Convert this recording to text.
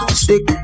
stick